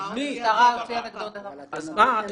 אז מי?